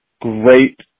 great